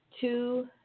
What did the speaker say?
two